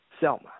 Selma